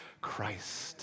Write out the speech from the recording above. Christ